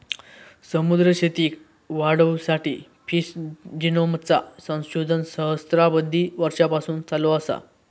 समुद्री शेतीक वाढवुसाठी फिश जिनोमचा संशोधन सहस्त्राबधी वर्षांपासून चालू असा